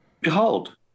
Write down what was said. Behold